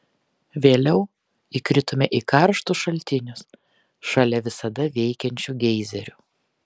vėliau įkritome į karštus šaltinius šalia visada veikiančių geizerių